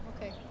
Okay